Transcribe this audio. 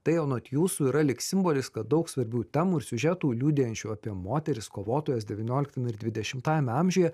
tai anot jūsų yra lyg simbolis kad daug svarbių temų ir siužetų liudijančių apie moteris kovotojas devynioliktam ir dvidešimtajame amžiuje